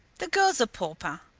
the girl's a pauper,